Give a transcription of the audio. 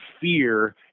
fear